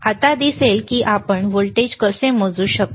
आता दिसेल की आपण व्होल्टेज कसे मोजू शकतो